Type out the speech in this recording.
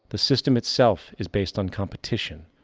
the system itself is based on competition,